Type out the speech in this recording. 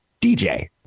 DJ